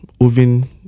oven